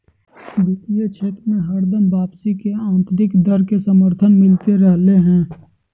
वित्तीय क्षेत्र मे हरदम से वापसी के आन्तरिक दर के समर्थन मिलते रहलय हें